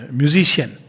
musician